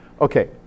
Okay